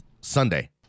Sunday